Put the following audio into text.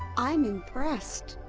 i'm impressed.